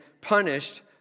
punished